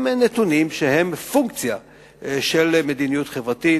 הם פונקציה של מדיניות חברתית.